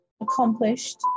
accomplished